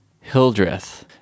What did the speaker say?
Hildreth